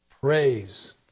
Praise